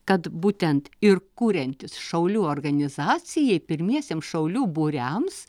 kad būtent ir kuriantis šaulių organizacijai pirmiesiems šaulių būriams